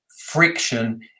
friction